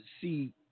see